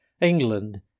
england